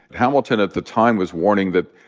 hamilton at the time was warning that,